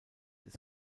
des